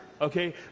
okay